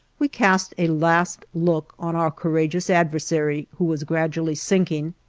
we cast a last look on our courageous adversary who was gradually sinking,